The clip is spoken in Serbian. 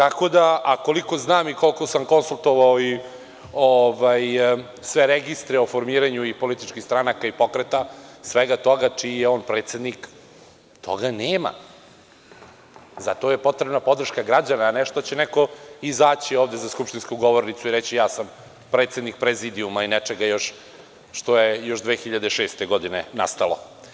A koliko znam i koliko sam konsultovao i sve registre o formiranju i političkih stranaka i pokreta, svega toga čiji je on predsednik toga nema, zato je potreban podrška građana, a ne nešto što će neko izaći za skupštinsku govornicu i reći ja sam predsednik, prezidijuma ili nečega još što je još 2006. godine nastalo.